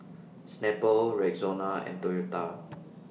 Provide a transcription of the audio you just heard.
Snapple Rexona and Toyota